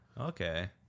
Okay